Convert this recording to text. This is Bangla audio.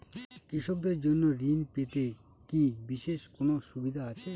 কৃষকদের জন্য ঋণ পেতে কি বিশেষ কোনো সুবিধা আছে?